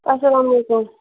اَسلام علیکُم